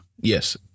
Yes